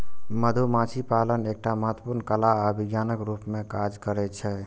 मधुमाछी पालन एकटा महत्वपूर्ण कला आ विज्ञानक रूप मे काज करै छै